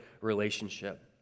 relationship